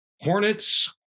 Hornets